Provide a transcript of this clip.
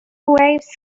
waves